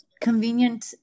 convenient